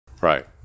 Right